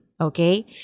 okay